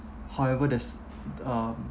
however there's um